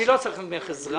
אני לא צריך ממך עזרה.